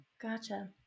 Gotcha